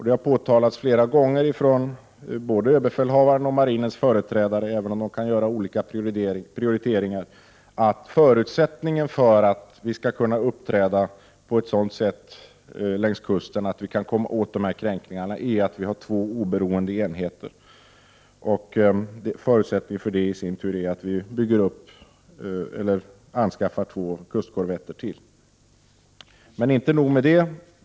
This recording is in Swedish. Det har påtalats flera gånger från både överbefälhavaren och marinens företrädare, även om de kan göra olika prioriteringar, att förutsättningen för att vi skall kunna uppträda på ett sådant sätt längs kusten att vi kan stoppa kränkningarna är att vi har två oberoende enheter. Förutsättningen för det i sin tur är att vi anskaffar två kustkorvetter till. Men inte nog med det.